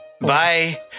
Bye